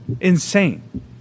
Insane